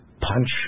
Punch